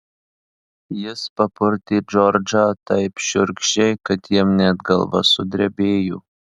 jis papurtė džordžą taip šiurkščiai kad jam net galva sudrebėjo